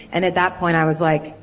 and at that point i was like,